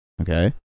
okay